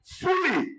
fully